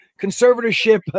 conservatorship